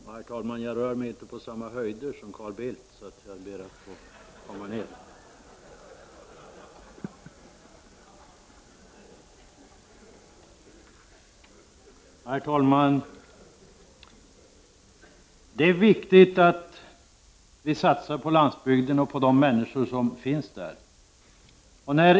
Herr talman! Jag rör mig ju inte på samma höjder som Carl Bildt, så jag skall be att få komma ner. Herr talman! Det är viktigt att vi satsar på landsbygden och på de människor som finns där.